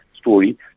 story